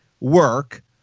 work